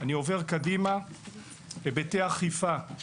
היבטי אכיפה.